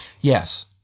Yes